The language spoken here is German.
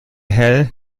hell